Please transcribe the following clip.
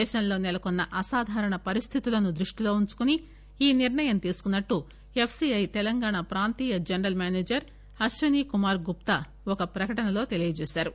దేశంలో సెలకొన్న అసాధారణ పరిస్దితులను దృష్టిలో పెట్టుకుని ఈ నిర్ణయం తీసుకున్నట్లు ఎఫ్ సి ఐ తెలంగాణ ప్రాంతీయ జనరల్ మెనేజర్ అశ్విని కుమార్ గుప్తా ఒక ప్రకటనలో తెలిపారు